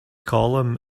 column